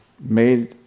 made